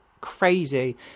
crazy